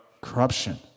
corruption